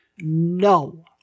no